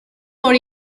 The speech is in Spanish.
por